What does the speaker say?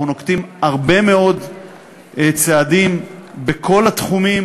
אנחנו נוקטים הרבה מאוד צעדים בכל התחומים,